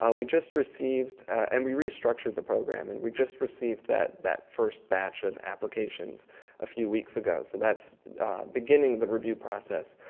ah we just received and we restructured the program, and we just received that that first batch of applications a few weeks ago, so that's beginning the review process.